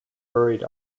buried